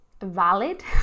valid